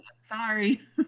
Sorry